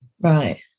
Right